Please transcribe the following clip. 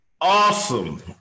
Awesome